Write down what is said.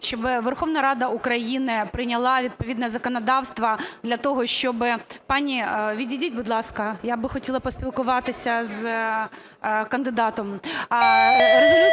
щоб Верховна Рада України прийняла відповідне законодавство для того, щоб… Пані, відійдіть, будь ласка, я би хотіла поспілкуватися з кандидатом.